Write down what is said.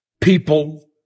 People